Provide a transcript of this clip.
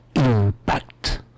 impact